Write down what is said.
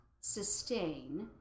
sustain